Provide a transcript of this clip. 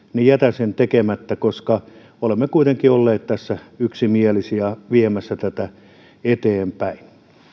jätän sen tekemättä koska olemme kuitenkin olleet tässä yksimielisinä viemässä tätä eteenpäin